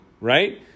right